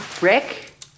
Rick